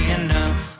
enough